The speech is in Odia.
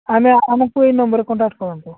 ଆମେ ଆମକୁ ଏଇ ନମ୍ବରରେ କଣ୍ଟାକ୍ଟ କରନ୍ତୁ